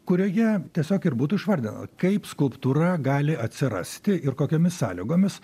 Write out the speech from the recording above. kurioje tiesiog ir būtų išvardyta kaip skulptūra gali atsirasti ir kokiomis sąlygomis